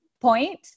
point